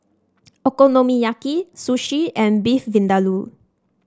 Okonomiyaki Sushi and Beef Vindaloo